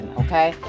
okay